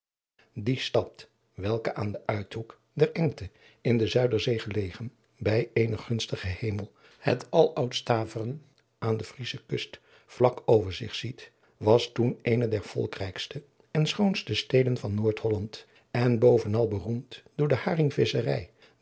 die stad welke aan den uithoek der engte in de zuiderzee gelegen bij eenen gunstigen hemel het aloud staveren aan de vriesche kust vlak over zich ziet was toen eene der volkrijkste en schoonste steden van noordholland en boadriaan loosjes pzn het leven van hillegonda buisman venal beroemd door de